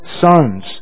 sons